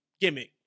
gimmick